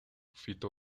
fito